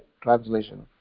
translation